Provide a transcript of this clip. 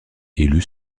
élue